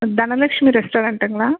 Dhanalakshmi ரெஸ்ட்டாரென்ட்டுங்களா